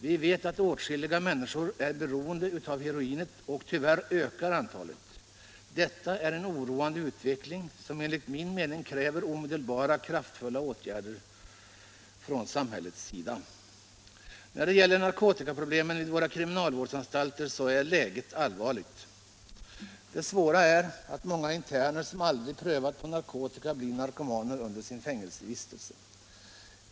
Vi vet att åtskilliga människor är beroende av heroinet, och tyvärr ökar antalet. Detta är en oroande utveckling som enligt min mening kräver omedelbara kraftfulla åtgärder från samhällets sida. När det gäller narkotikaproblemen vid våra kriminalvårdsanstalter är läget allvarligt. ”Det svåra är att många interner som aldrig prövat på narkotika blir narkomaner under sin fängelsevistelse.